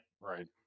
right